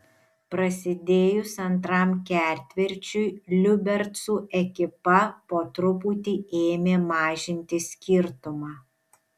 prasidėjus antram ketvirčiui liubercų ekipa po truputį ėmė mažinti skirtumą